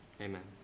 amen